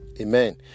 amen